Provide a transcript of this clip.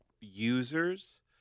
users